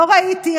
לא ראיתי.